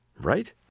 right